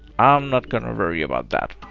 i'm not gonna worry about that.